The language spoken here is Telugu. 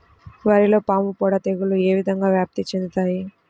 వరిలో పాముపొడ తెగులు ఏ విధంగా వ్యాప్తి చెందుతాయి?